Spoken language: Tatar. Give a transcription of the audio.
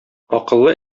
акыллы